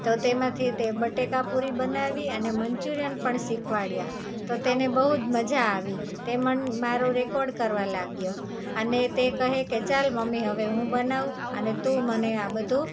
તો તેમાંથી તે બટેકાપૂરી બનાવી અને મંચુરિયન પણ શીખવાડ્યાં તો તેને બહુ જ મજા આવી તે મન મારું રેકોર્ડ કરવા લાગ્યો અને તે કહે કે ચાલ મમ્મી હવે હું બનાવું અને તું મને આ બધું